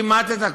כמעט את הכול.